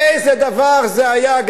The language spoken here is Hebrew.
איזה דבר זה היה.